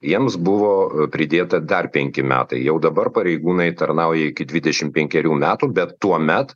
jiems buvo pridėta dar penki metai jau dabar pareigūnai tarnauja iki dvidešim penkerių metų bet tuomet